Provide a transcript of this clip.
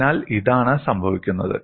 അതിനാൽ ഇതാണ് സംഭവിക്കുന്നത്